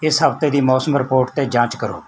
ਇਸ ਹਫ਼ਤੇ ਦੀ ਮੌਸਮ ਰਿਪੋਰਟ 'ਤੇ ਜਾਂਚ ਕਰੋ